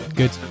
good